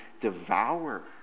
devour